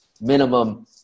minimum